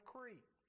Crete